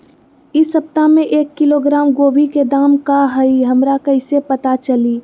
इ सप्ताह में एक किलोग्राम गोभी के दाम का हई हमरा कईसे पता चली?